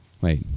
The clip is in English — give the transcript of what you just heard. Wait